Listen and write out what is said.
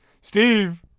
Steve